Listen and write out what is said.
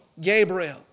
Gabriel